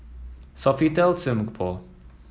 Sofitel Singapore